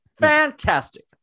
Fantastic